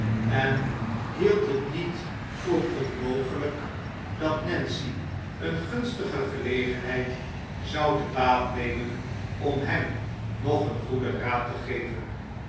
en hield het niet voor onmogelijk dat nancy eene gunstige gelegenheid zou te baat nemen om hem nog een goeden raad te geven